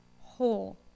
whole